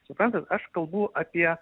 suprantat aš kalbu apie